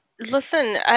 Listen